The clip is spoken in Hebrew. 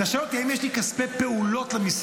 אתה שואל אותי אם יש לי כספי פעולות למשרד?